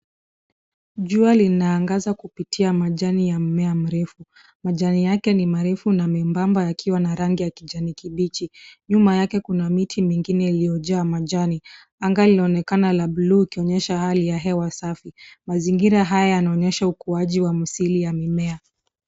Jua linaangaza kupitia majani ya mmea mrefu. Majani yake ni marefu na membamba yakiwa na rangi ya kijani kibichi . Nyuma yake kuna miti mingine iliyojaa majani. Anga linaonekana la buluu ikionyesha hali ya hewa safi. Mazingira haya yanaonyesha ukuaji wa musili ya mimea.